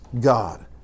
God